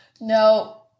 No